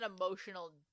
emotional